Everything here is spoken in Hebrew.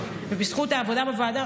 ובזכות העבודה בוועדה,